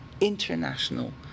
international